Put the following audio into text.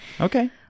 Okay